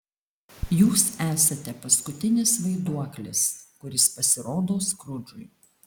jūs esate paskutinis vaiduoklis kuris pasirodo skrudžui